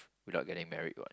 without getting married what